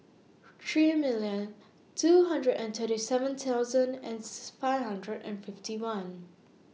three million two hundred and thirty seven thousand and five hundred and fifty one